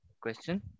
question